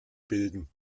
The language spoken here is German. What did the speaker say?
bilden